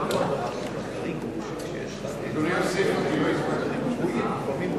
שימוש מושכל במשאבי הטבע),